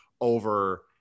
over